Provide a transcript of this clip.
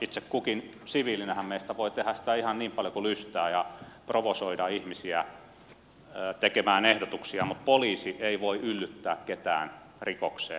itse kukin siviilinähän meistä voi tehdä sitä ihan niin paljon kuin lystää ja provosoida ihmisiä tekemään ehdotuksia mutta poliisi ei voi yllyttää ketään rikokseen